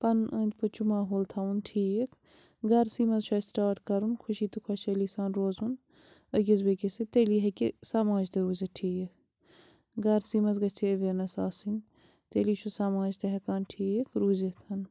پَنُن أنٛدۍ پٔتۍ چھُ ماحول تھاوُن ٹھیٖک گھرسٕے منٛز چھُ اسہِ سِٹارٹ کَرُن خوشی تہٕ خۄشحٲلی سان روزُن أکِس بیِٚیِس سۭتۍ تیٚلی ہیٚکہِ سماج تہِ روٗزِتھ ٹھیٖک گھرسٕے منٛز گژھہِ یہِ ایٚویرنیٚس آسٕنۍ تیٚلی چھُ سماج تہِ ہیٚکان ٹھیٖک روٗزِتھ